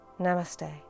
Namaste